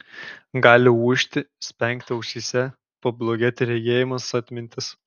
gali ūžti spengti ausyse pablogėti regėjimas atmintis